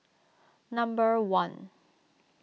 number one